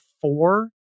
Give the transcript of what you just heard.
four